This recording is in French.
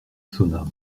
sonna